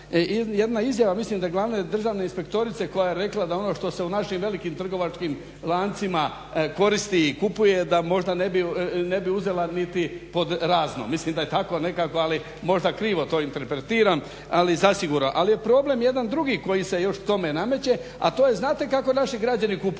jedna izjava, mislim da je Glavne državne inspektorice koja je rekla da ono što se u našim velikim trgovačkim lancima koristi i kupuje da možda ne bi uzela niti pod razno. Mislim da je tako nekako, ali možda krivo interpretiram. Ali je problem jedan drugi koji se k tome nameće, a to je znate kako naši građani kupuju